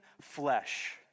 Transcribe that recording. flesh